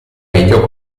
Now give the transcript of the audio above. meglio